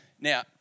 Now